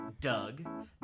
Doug